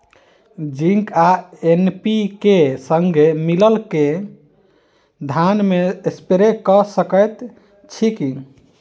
Zinc आ NPK, संगे मिलल कऽ धान मे स्प्रे कऽ सकैत छी की?